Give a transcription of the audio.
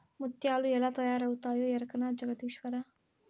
ముత్యాలు ఎలా తయారవుతాయో ఎరకనా జగదీశ్వరా